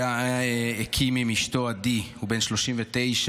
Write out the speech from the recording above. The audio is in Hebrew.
הוא הקים עם אשתו עדי, הוא בן 39,